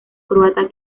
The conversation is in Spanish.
croata